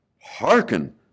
hearken